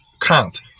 count